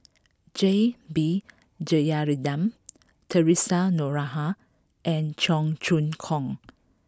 J B Jeyaretnam Theresa Noronha and Cheong Choong Kong